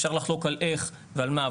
אפשר לחלוק על איך ועל מה.